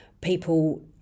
people